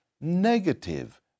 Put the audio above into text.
negative